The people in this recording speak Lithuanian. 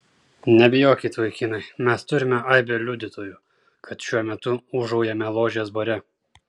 nebijokit vaikinai mes turime aibę liudytojų kad šiuo metu ūžaujame ložės bare